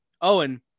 Owen